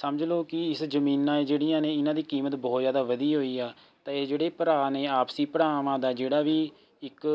ਸਮਝ ਲਓ ਕਿ ਇਸ ਜ਼ਮੀਨਾਂ ਹੈ ਜਿਹੜੀਆਂ ਨੇ ਇਹਨਾਂ ਦੀ ਕੀਮਤ ਬਹੁਤ ਜ਼ਿਆਦਾ ਵਧੀ ਹੋਈ ਆ ਅਤੇ ਇਹ ਜਿਹੜੇ ਭਰਾ ਨੇ ਆਪਸੀ ਭਰਾਵਾਂ ਦਾ ਜਿਹੜਾ ਵੀ ਇੱਕ